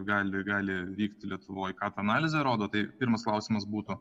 gali gali vykti lietuvoj ką ta analizė rodo tai pirmas klausimas būtų